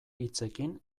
hitzekin